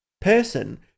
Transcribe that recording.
person